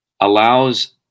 allows